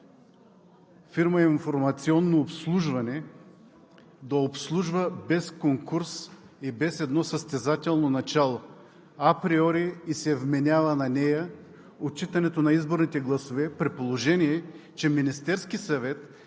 фирма „Информационно обслужване“ да обслужва без конкурс и без едно състезателно начало, априори ѝ се вменява на нея отчитането на изборните гласове, при положение че Министерският съвет